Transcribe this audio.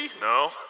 No